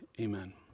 amen